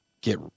get